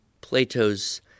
Plato's